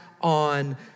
on